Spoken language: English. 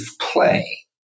play